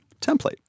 template